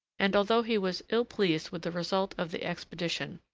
and, although he was ill pleased with the result of the expedition,